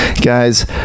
guys